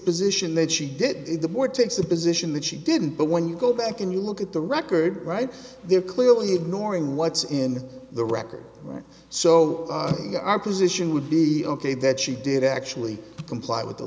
position that she did it the more takes the position that she didn't but when you go back and you look at the record right there clearly ignoring what's in the record right so our position would be ok that she did actually comply with the